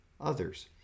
others